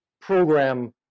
program